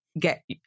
get